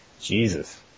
Jesus